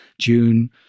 June